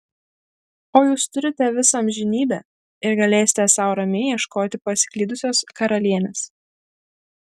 o jūs turite visą amžinybę ir galėsite sau ramiai ieškoti pasiklydusios karalienės